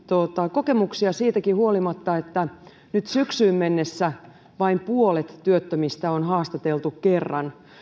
kokemuksia siitäkin huolimatta että nyt syksyyn mennessä vain puolet työttömistä on haastateltu kerran